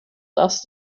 thus